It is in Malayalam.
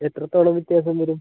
എത്രത്തോളം വ്യത്യാസം വരും